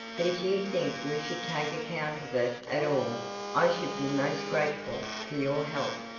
but if you think we should take account of it at all i should be most grateful for your help.